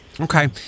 okay